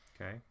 Okay